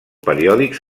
periòdics